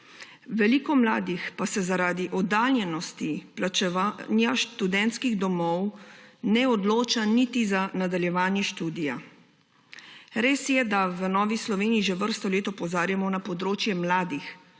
Veliko mladih pa se zaradi oddaljenosti in plačevanja študentskih domov ne odloča niti za nadaljevanje študija. Res je, da v Novi Sloveniji že vrsto let opozarjamo na področje mladih,